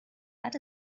that